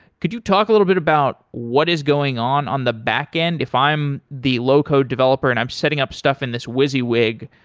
could you talk a little bit about what is going on on the backend? if i'm the low-code developer and i'm setting up stuff in this wiziwig,